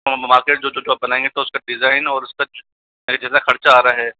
market जो जो जो आप बनाएंगे तो उसका डिजाइन और उसका जितना खर्चा आ रहा है